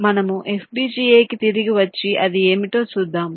మనము FPGA కి తిరిగి వచ్చి అది ఏమిటో చూద్దాం